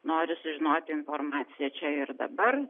nori sužinoti informaciją čia ir dabar